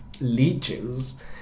leeches